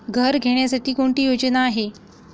घर घेण्यासाठी कोणती योजना आहे?